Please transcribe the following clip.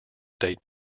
state